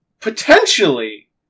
Potentially